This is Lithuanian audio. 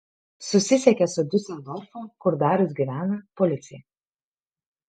susisiekė su diuseldorfo kur darius gyvena policija